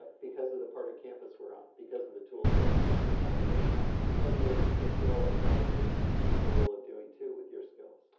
because of the part of campus we're on. because of the tools that monisha's operating on. and because of the things that you all are probably capable of doing too with your skills.